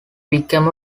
became